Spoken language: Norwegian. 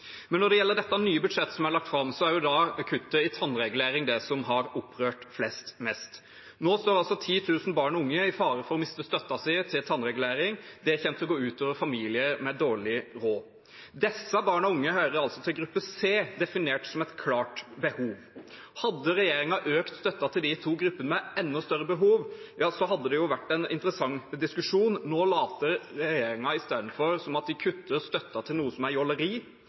Når det gjelder det nye budsjettet, som nylig ble lagt fram, er det kuttet til tannregulering som har opprørt flest mest. Nå står 10 000 barn og unge i fare for å miste støtten til tannregulering. Det kommer til å gå ut over familier med dårlig råd. Denne gruppen barn og unge hører til i gruppe C, definert til å ha et «klart behov». Hadde regjeringen økt støtten til de to gruppene med enda større behov, hadde det vært en interessant diskusjon. Nå later regjeringen isteden som om de kutter støtten til noe som er